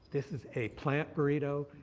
this is a plant burrito.